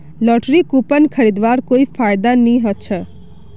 lottery coupon खरीदवार कोई फायदा नी ह छ